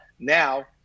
now